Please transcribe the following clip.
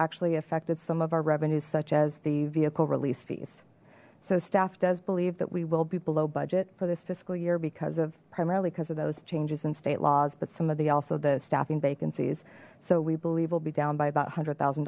actually affected some of our revenues such as the vehicle release fees so staff does believe that we will be below budget for this fiscal year because of primarily because of those changes in state laws but some of the also the staffing vacancies so we believe will be down by about one hundred thousand